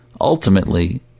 ultimately